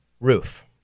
roof